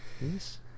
Yes